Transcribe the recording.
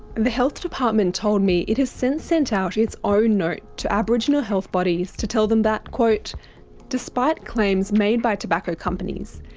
the health department told me it has since sent out its own note to aboriginal health bodies, to tell them that quote despite claims made by tobacco companies,